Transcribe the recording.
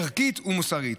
ערכית ומוסרית.